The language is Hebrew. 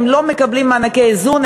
הם לא מקבלים מענקי איזון,